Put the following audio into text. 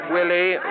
Willie